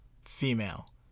female